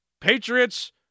Patriots